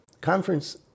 conference